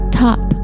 top